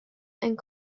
and